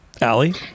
Allie